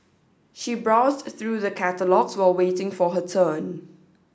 she browsed through the catalogues while waiting for her turn